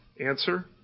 Answer